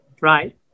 Right